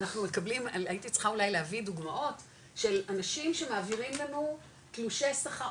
הייתי צריכה אולי להביא דוגמאות של אנשים שמעבירים לנו תלושי שכר,